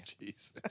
Jesus